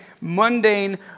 mundane